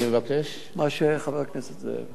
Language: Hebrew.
מה שחבר הכנסת זאב רוצה.